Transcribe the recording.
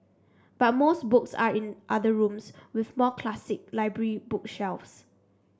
but most books are in other rooms with more classic library bookshelves